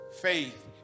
Faith